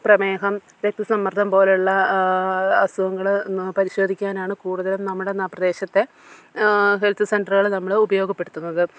പ്രമേഹം രക്തസമ്മർദ്ദം പോലുള്ള അസുഖങ്ങൾ പരിശോധിക്കാനാണ് കൂടുതലും നമ്മുടെ പ്രദേശത്തെ ഹെൽത്ത് സെൻ്ററുകൾ നമ്മൾ ഉപയോഗപ്പെടുത്തുന്നത്